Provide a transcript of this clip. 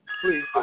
please